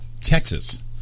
Texas